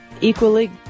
equally